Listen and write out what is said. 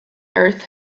earth